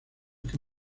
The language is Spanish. que